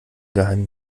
geheim